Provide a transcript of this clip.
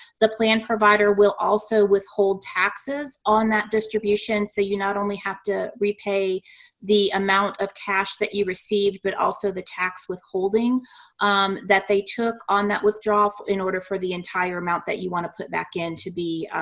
the plan provider will also withhold taxes on that distribution. so you not only have to repay the amount of cash that you receive but also the tax withholding um that they took on that withdrawal in order for the entire amount that you want to put back in to